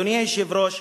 אדוני היושב-ראש,